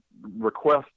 request